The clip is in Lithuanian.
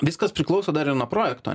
viskas priklauso dar ir nuo projekto